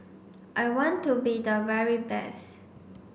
I want to be the very best